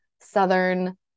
southern